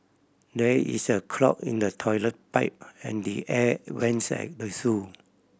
there is a clog in the toilet pipe and the air vents at the zoo